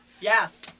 Yes